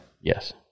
Yes